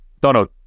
Donald